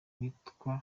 witwa